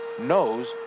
knows